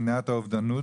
למניעת האובדנות,